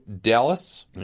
dallas